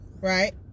right